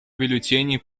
бюллетеней